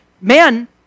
men